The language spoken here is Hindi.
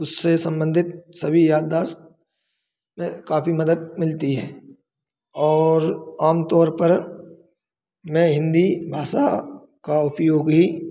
उससे संबंधित सभी याददाश्त में काफ़ी मदद मिलती है और आमतौर पर में हिन्दी भाषा का उपयोग ही